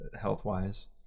health-wise